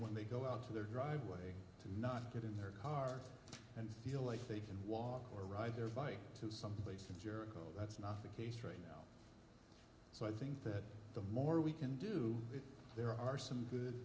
when they go out to their driveway and not get in their car and feel like they walk or ride their bike to someplace that you're that's not the case right now so i think that the more we can do it there are some good